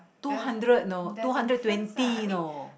two hundred you know two hundred twenty you know